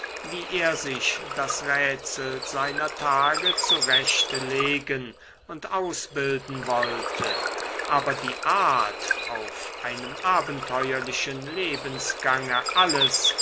wie er sich das rätsel seiner tage zurechtlegen und ausbilden wollte aber die art auf einem abenteuerlichen lebensgange alles